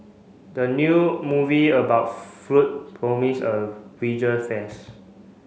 the new movie about food promise a visual face